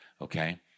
Okay